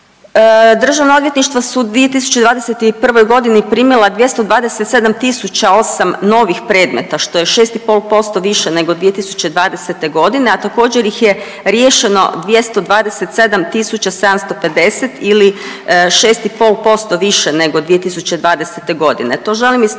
Državna odvjetništva su u 2021.g. primila 227 tisuća 8 novih predmeta, što je 6,5% više nego 2020.g., a također ih je riješeno 227 tisuća 750 ili 6,5% više nego 2020.g..